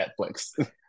Netflix